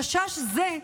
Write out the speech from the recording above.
חשש זה,